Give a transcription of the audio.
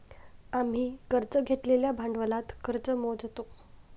आम्ही कर्ज घेतलेल्या भांडवलात कर्ज मोजतो